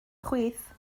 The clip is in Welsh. chwith